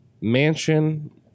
mansion